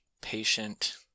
patient